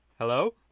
Hello